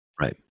Right